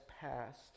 passed